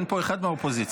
אין פה אחד מהאופוזיציה.